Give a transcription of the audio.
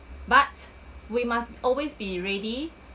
but we must always be ready